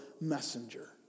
messenger